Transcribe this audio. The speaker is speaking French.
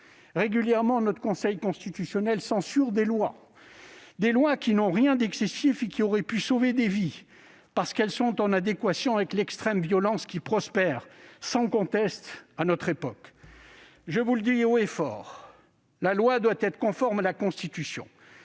Régulièrement, le Conseil constitutionnel censure des lois qui n'ont rien d'excessif et qui auraient pu sauver des vies, parce qu'elles sont en adéquation avec l'extrême violence qui prospère sans conteste dans notre société. Je vous le dis haut et fort, mes chers collègues, la loi doit être conforme à la Constitution,